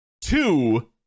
Two